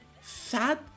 sad